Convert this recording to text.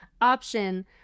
option